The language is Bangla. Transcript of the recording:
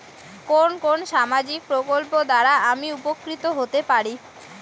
কোন কোন সামাজিক প্রকল্প দ্বারা আমি উপকৃত হতে পারি?